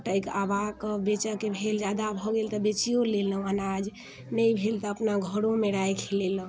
फटकि अबाकऽ बेचऽ के भेल जादा भए गेल तऽ बेचियौ लेलहुँ अनाज नहि भेल तऽ अपना घरोमे राखि लेलहुँ